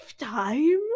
Lifetime